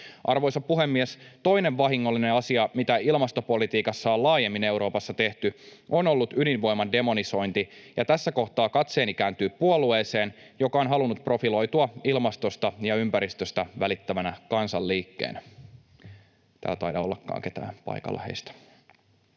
Arvoisa puhemies! Toinen vahingollinen asia, mitä ilmastopolitiikassa on laajemmin Euroopassa tehty, on ollut ydinvoiman demonisointi, ja tässä kohtaa katseeni kääntyy puolueeseen, joka on halunnut profiloitua ilmastosta ja ympäristöstä välittävänä kansanliikkeenä. — Täällä ei taidakaan olla ketään paikalla heistä.